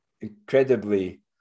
incredibly